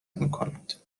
میکند